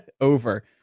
Over